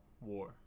war